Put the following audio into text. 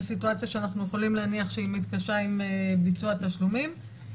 בסיטואציה אנחנו יכולים להניח שהיא מתקשה עם ביצוע תשלומים,